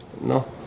No